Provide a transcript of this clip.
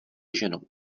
ženou